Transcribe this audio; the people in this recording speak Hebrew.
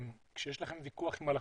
כשיש לכם ויכוח עם הלקוח,